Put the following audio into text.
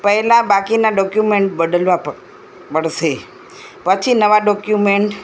પહેલાં બાકીનાં ડોક્યુમેન્ટ બદલવા પડશે પછી નવાં ડોકયુમેંટ